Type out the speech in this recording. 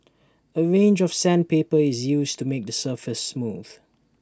A range of sandpaper is used to make the surface smooth